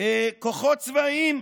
כוחות צבאיים.